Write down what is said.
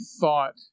thought